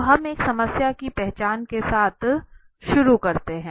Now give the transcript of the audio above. तो हम एक समस्या की पहचान के साथ शुरू करते हैं